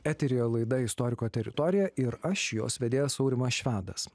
eteryje laida istoriko teritorija ir aš jos vedėjas aurimas švedas